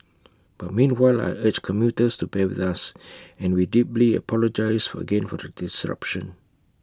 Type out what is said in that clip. but meanwhile I urge commuters to bear with us and we deeply apologise again for the disruption